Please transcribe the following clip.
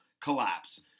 collapse